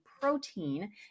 protein